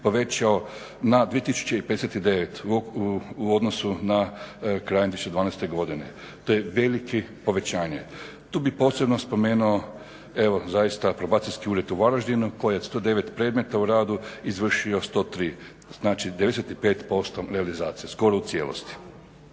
povećao na 2059 u odnosu na kraj 2012.godine, to je veliko povećanje. Tu bi posebno spomenuo Probacijski ured u Varaždinu koji od 109 predmeta u radu izvršio 103, znači 95% realizacije skoro u cijelosti.